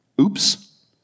Oops